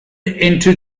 into